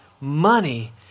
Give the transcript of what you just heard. Money